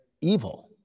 evil